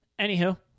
anywho